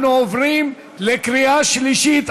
אנחנו עוברים לקריאה שלישית.